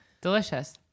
Delicious